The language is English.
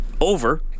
over